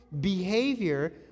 behavior